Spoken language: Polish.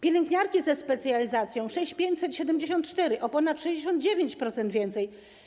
Pielęgniarki ze specjalizacją - 6574 zł, o ponad 69% więcej.